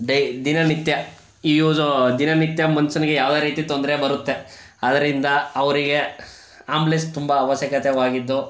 daily ದಿನನಿತ್ಯ ಇವು ದಿನನಿತ್ಯ ಮನುಷ್ಯನಿಗೆ ಯಾವ ರೀತಿ ತೊಂದರೆ ಬರುತ್ತೆ ಅದರಿಂದ ಅವರಿಗೆ ಆಂಬುಲೆನ್ಸ್ ತುಂಬ ಅವಶ್ಯಕತೆಯಾಗಿದ್ದು